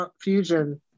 Fusion